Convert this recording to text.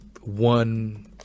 one